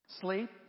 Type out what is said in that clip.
Sleep